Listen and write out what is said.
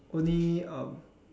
only uh